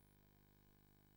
כי